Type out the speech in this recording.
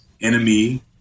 enemy